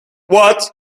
what